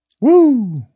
Woo